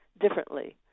differently